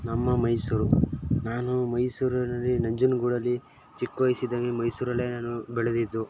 ನಮ್ಮ ಮೈಸೂರು ನಾನು ಮೈಸೂರಲ್ಲಿ ನಂಜನ ಗೂಡಲ್ಲಿ ಚಿಕ್ಕ ವಯಸ್ಸಿದ್ದಾಗೆ ಮೈಸೂರಲ್ಲೆ ನಾನು ಬೆಳೆದಿದ್ದು